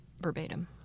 verbatim